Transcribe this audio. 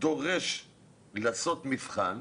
דורש לעשות מבחן,